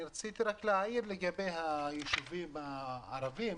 רציתי להעיר לגבי הישובים הערבים.